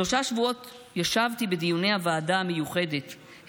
שלושה שבועות ישבתי בדיוני הוועדה המיוחדת,